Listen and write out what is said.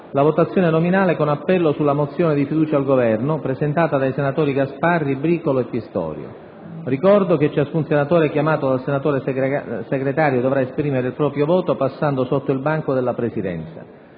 la votazione nominale con appello sulla mozione di fiducia al Governo, presentata dai senatori Gasparri, Bricolo e Pistorio. Ricordo che ciascun senatore chiamato dal senatore Segretario dovrà esprimere il proprio voto passando sotto il banco della Presidenza.